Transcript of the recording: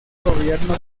gobierno